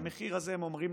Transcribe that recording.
הם אומרים